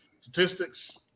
statistics